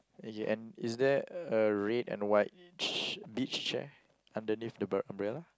okay and is there a red and white ch~ beach chair underneath the umbrella